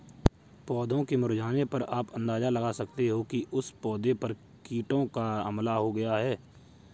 पौधों के मुरझाने पर आप अंदाजा लगा सकते हो कि उस पौधे पर कीटों का हमला हो गया है